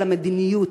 על המדיניות.